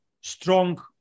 strong